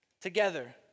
together